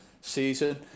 season